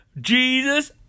Jesus